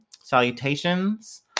Salutations